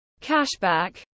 cashback